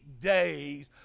days